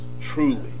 truly